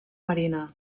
marina